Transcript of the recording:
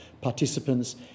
participants